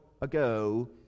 ago